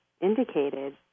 indicated